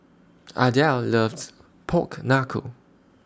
Ardelle loves Pork Knuckle